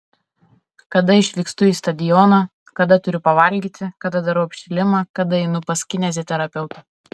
kada išvykstu į stadioną kada turiu pavalgyti kada darau apšilimą kada einu pas kineziterapeutą